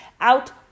out